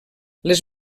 les